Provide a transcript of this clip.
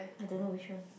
I don't know which one